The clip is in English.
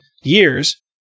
years